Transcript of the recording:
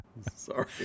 Sorry